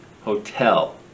Hotel